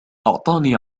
أعطاني